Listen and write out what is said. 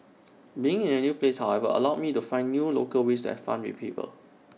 being in A new place however allowed me to find new local ways to have fun with people